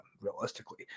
realistically